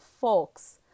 folks